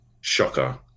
shocker